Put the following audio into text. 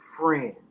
friend